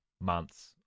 months